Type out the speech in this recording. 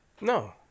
No